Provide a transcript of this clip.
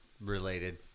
related